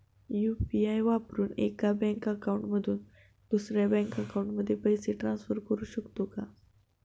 UPI वापरून एका bank account मधून दुसऱ्या बँक अकाउंटमध्ये पैसे ट्रान्सफर करू शकतो का?